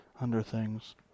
underthings